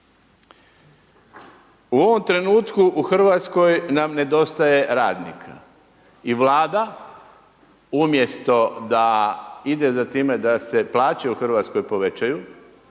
U ovom trenutku u Hrvatskoj nam nedostaje radnika. I Vlada umjesto da ide za time da se plaće u Hrvatskoj povećaju,